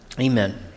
Amen